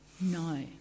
No